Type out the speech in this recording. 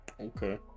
Okay